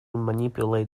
manipulate